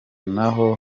naho